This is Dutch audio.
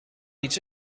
iets